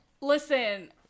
Listen